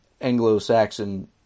Anglo-Saxon